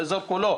לאזור כולו,